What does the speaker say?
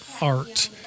art